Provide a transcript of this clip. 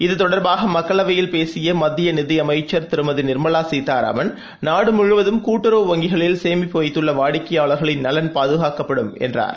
இது தொடர்பாக மக்களவையில் பேசிய மத்திய நிதி அமைச்சர் திருமதி நிர்மலா சீதாராமன் நாடு முழுவதும் கூட்டுறவு வங்கிகளில் சேமிப்பு வைத்துள்ள வாடிக்கையாளர்களின் நலன் பாதுகாக்கப்படும் என்றார்